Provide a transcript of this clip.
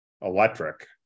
electric